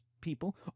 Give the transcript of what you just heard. people